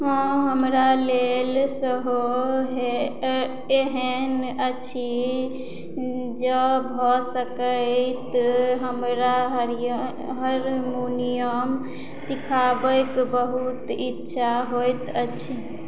हँ हमरा लेल सेहो एहन अछि जँ भऽ सकय तऽ हमरा हारमोनियम सिखबाके बहुत इच्छा होइत अछि